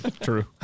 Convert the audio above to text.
true